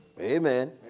Amen